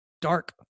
dark